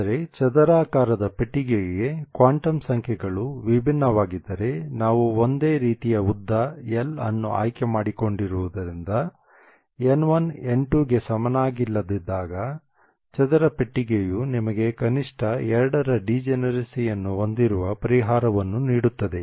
ಆದರೆ ಚದರಾಕಾರದ ಪೆಟ್ಟಿಗೆಗೆ ಕ್ವಾಂಟಮ್ ಸಂಖ್ಯೆಗಳು ವಿಭಿನ್ನವಾಗಿದ್ದರೆ ನಾವು ಒಂದೇ ರೀತಿಯ ಉದ್ದ L ಅನ್ನು ಆಯ್ಕೆ ಮಾಡಿಕೊಂಡಿರುವುದರಿಂದ n1 n2 ಗೆ ಸಮನಾಗಿಲ್ಲದಿದ್ದಾಗ ಚದರ ಪೆಟ್ಟಿಗೆಯು ನಿಮಗೆ ಕನಿಷ್ಟ 2 ರ ಡಿಜೆನರಸಿಯನ್ನು ಹೊಂದಿರುವ ಪರಿಹಾರವನ್ನು ನೀಡುತ್ತದೆ